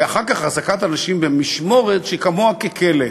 ואחר כך החזקת אנשים במשמורת שכמוה ככלא,